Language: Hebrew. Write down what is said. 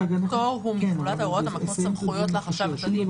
הפטור הוא מתחולת ההוראות המקנות סמכויות לחשב הכללי.